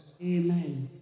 Amen